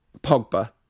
Pogba